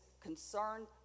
concerned